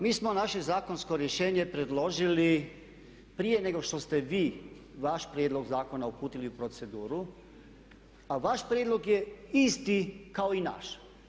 Mi smo naše zakonsko rješenje predložili prije nego što ste vi vaš prijedlog zakona uputili u proceduru, a vaš prijedlog je isti kao i naš.